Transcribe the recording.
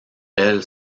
elles